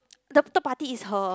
the third party is her